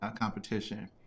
competition